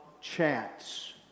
chance